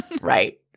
Right